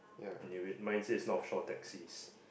ok wait mine says Northshore taxis